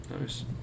Nice